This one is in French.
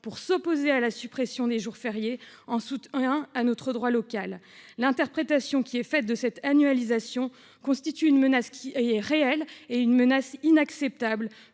pour s'opposer à la suppression des jours fériés, en soutien à notre droit local. L'interprétation qui est faite de cette annualisation constitue une menace réelle et inacceptable